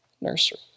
Nursery